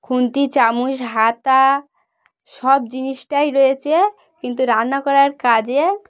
খুন্তি চামচ হাতা সব জিনিসটাই রয়েছে কিন্তু রান্না করার কাজে